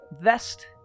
vest